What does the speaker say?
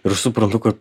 ir suprantu kad